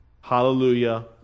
Hallelujah